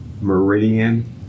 Meridian